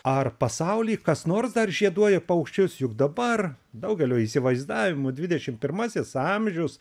ar pasaulyje kas nors dar žieduoja paukščius juk dabar daugelio įsivaizdavimu dvidešim pirmasis amžius